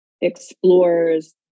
explores